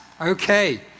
okay